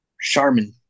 Charmin